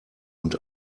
und